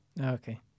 Okay